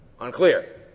Unclear